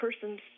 persons